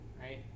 right